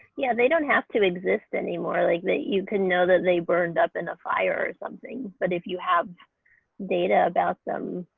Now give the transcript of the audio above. yeah they don't have to exist anymore like that. you can know that they burned up in a fire or something, but if you have data about them.